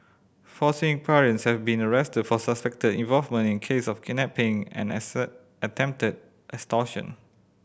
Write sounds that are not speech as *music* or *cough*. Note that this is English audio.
four Singaporeans have been arrested for suspected involvement in case of kidnapping and *unintelligible* attempted extortion